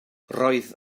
roedd